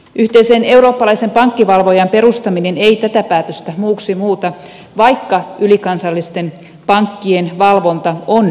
yhteisen eurooppalaisen pankkivalvojan perustaminen ei tätä päätöstä muuksi muuta vaikka ylikansallisten pankkien valvonta on sinänsä tervetullutta